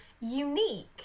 unique